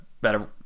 better